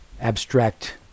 abstract